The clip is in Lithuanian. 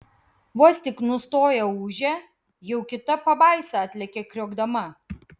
vos tik nustoja ūžę jau kita pabaisa atlekia kriokdama